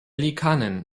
liikanen